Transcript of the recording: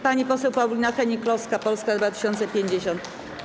Pani poseł Paulina Hennig-Kloska, Polska 2050.